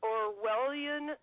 Orwellian